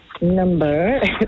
number